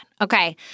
Okay